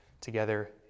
together